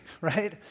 right